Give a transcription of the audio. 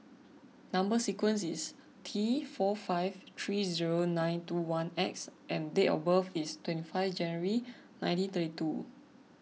Number Sequence is T four five three zero nine two one X and date of birth is twenty five January nineteen thirty two